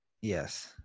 Yes